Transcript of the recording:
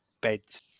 beds